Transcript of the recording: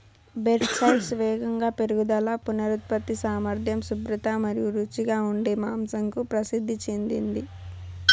Berkshires వేగంగా పెరుగుదల, పునరుత్పత్తి సామర్థ్యం, శుభ్రత మరియు రుచిగా ఉండే మాంసంకు ప్రసిద్ధి చెందింది